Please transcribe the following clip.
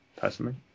personally